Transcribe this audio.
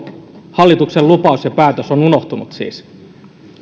hallituksen lupaus ja päätös on unohtunut siis